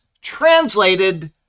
translated